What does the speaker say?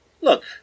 look